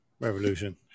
Revolution